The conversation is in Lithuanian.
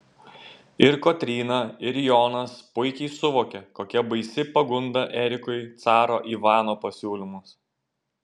ir kotryna ir jonas puikiai suvokia kokia baisi pagunda erikui caro ivano pasiūlymas